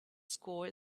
score